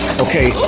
okay,